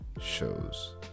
shows